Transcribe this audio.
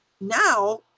now